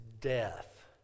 death